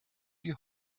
die